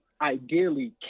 ideally